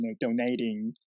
donating